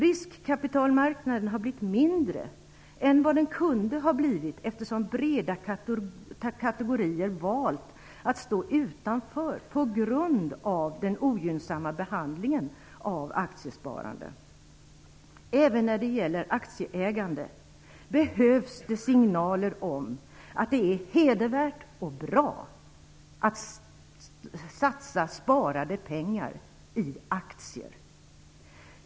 Riskkapitalmarknaden har blivit mindre än vad den kunde ha blivit eftersom breda kategorier valt att stå utanför på grund av den ogynnsamma behandlingen av aktiesparande. Även när det gäller aktieägande behövs signaler om att det är hedervärt och bra att satsa sparade pengar i aktier.